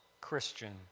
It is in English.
Christian